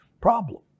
problem